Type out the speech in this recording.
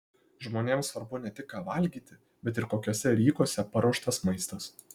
žmonėms svarbu ne tik ką valgyti bet ir kokiuose rykuose paruoštas maistas